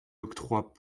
octroie